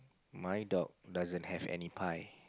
my dog doesn't have any pie